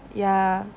ya